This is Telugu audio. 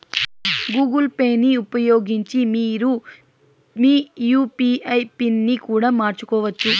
గూగుల్ పేని ఉపయోగించి మీరు మీ యూ.పీ.ఐ పిన్ ని కూడా మార్చుకోవచ్చు